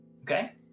Okay